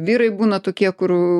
vyrai būna tokie kur